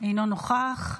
בבקשה,